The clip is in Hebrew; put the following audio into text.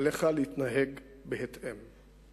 עליך להתנהג בהתאם.